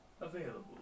available